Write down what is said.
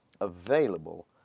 available